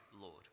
Lord